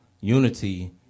unity